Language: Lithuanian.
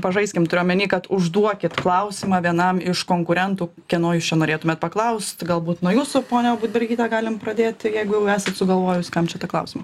pažaiskim turiu omeny kad užduokit klausimą vienam iš konkurentų kieno jūs čia norėtumėt paklaust galbūt nuo jūsų ponia budbergyte galim pradėti jeigu jau esat sugalvojus kam čia tą klausimą